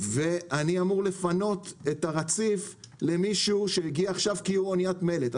ואני אמור לפנות את הרציף למישהו שהגיע עכשיו כי הוא אוניית מלט.